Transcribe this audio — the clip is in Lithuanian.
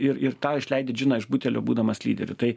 ir ir tą išleidi džiną iš butelio būdamas lyderiu tai